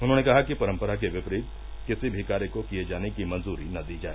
उन्होंने कहा कि परम्परा के विपरीत किसी भी कार्य को किये जाने की मंजूरी न दी जाए